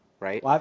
Right